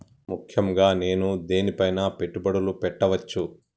ముఖ్యంగా నేను దేని పైనా పెట్టుబడులు పెట్టవచ్చు?